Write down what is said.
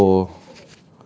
twenty four